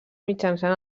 mitjançant